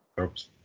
Oops